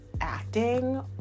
acting